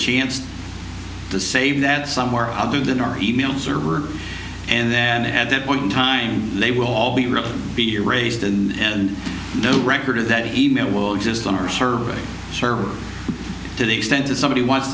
chance to save that somewhere other than our e mail server and then they had that point in time they will all be really be erased and no record of that email will exist on our survey server to the extent that somebody wants